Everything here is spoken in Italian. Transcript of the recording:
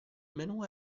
menù